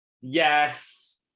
Yes